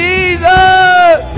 Jesus